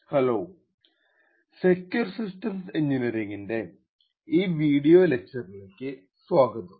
hello secure systems എഞ്ചിനീയറിംഗിന്റെ ഈ video ലെക്ച്ചറിലേക്ക് സ്വാഗതം